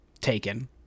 taken